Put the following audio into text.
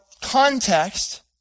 context